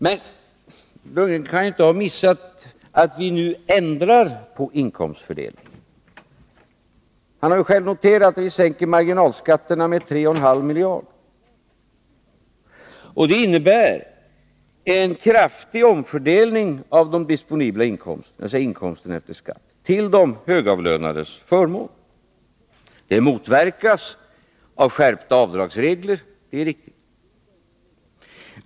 Men Bo Lundgren kan inte ha missat att vi nu ändrar på inkomstfördelningen. Han har själv noterat att vi sänker marginalskatterna med 3,5 miljarder kronor. Det innebär en kraftig omfördelning av de disponibla inkomsterna, dvs. inkomsterna efter skatt, till de högavlönades förmån. Det motverkas av skärpta avdragsregler, det är riktigt.